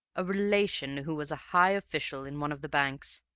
a relation who was a high official in one of the banks,